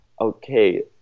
okay